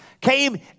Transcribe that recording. came